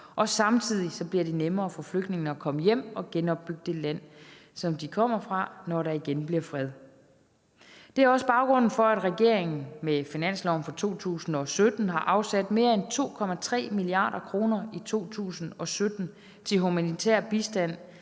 og samtidig bliver det nemmere for flygtningene at komme hjem og genopbygge det land, som de kommer fra, når der igen bliver fred. Det er også baggrunden for, at regeringen med finansloven for 2017 har afsat mere end 2,3 mia. kr. i 2017 til humanitær bistand,